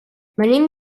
venim